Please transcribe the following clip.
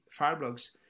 Fireblocks